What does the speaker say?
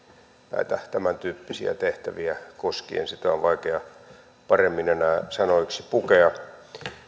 näitä tämäntyyppisiä tehtäviä koskien sitä on vaikea paremmin enää sanoiksi pukea